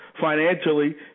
financially